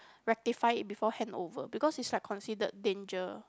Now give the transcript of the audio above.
rectify it before handover because it's like considered danger